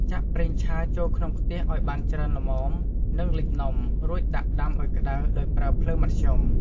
ចាក់ ប្រេងឆា ចូលក្នុងខ្ទះឱ្យបានច្រើនល្មម និងលិចនំ រួចដាក់ដាំឱ្យក្ដៅដោយប្រើភ្លើងមធ្យម។